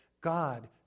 God